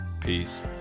Peace